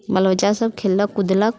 बाल बच्चा सभ खेललक कुदलक